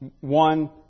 One